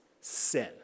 sin